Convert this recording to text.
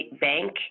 bank